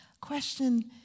question